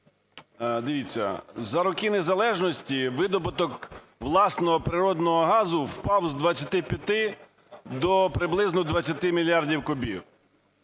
Дивіться, за роки незалежності видобуток власного природного газу впав з 25 до приблизно 20 мільярдів кубів.